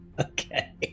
Okay